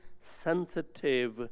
sensitive